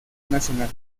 nacional